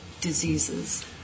diseases